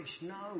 No